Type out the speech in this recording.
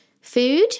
food